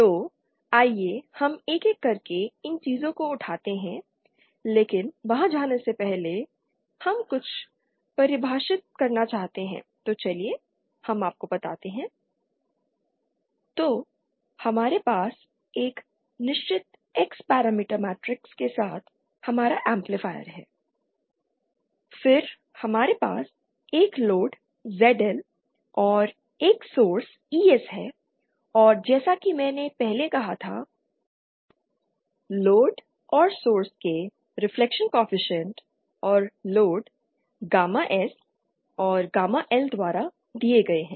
तो आइए हम एक एक करके इन चीजों को उठाते हैं लेकिन वहां जाने से पहले हम कुछ को परिभाषित करना चाहेंगे तो चलिए हम आपको बताते हैं तो हमारे पास एक निश्चित एक्स पैरामीटर मैट्रिक्स के साथ हमारा एम्पलीफायर है फिर हमारे पास एक लोड ZL और एक सोर्स ES है और जैसा कि मैंने पहले कहा था कि लोड और सोर्स के रिफ्लेक्शन कॉएफिशिएंट और लोड गामा एस और गामा एल द्वारा दिए गए हैं